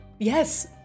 Yes